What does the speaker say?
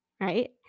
right